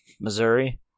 Missouri